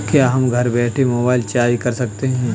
क्या हम घर बैठे मोबाइल रिचार्ज कर सकते हैं?